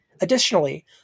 Additionally